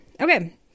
Okay